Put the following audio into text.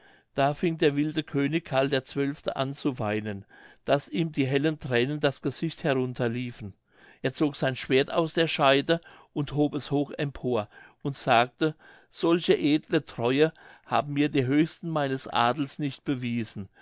da fing der wilde könig karl der zwölfte an zu weinen daß ihm die hellen thränen das gesicht herunter liefen er zog sein schwert aus der scheide und hob es hoch empor und sagte solche edle treue haben mir die höchsten meines adels nicht bewiesen